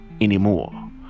anymore